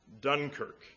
Dunkirk